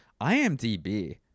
IMDB